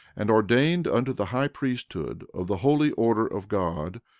and ordained unto the high priesthood of the holy order of god,